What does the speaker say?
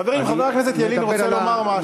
חברים, חבר הכנסת ילין רוצה לומר משהו.